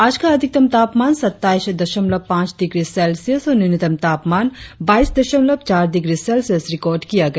आज का अधिकतम तापमान सत्ताइस दशमलव पांच डिग्री सेल्सियस और न्यूनतम तापमान बाईस दशमलव चार डिग्री सेल्सियस रिकार्ड किया गया